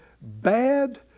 bad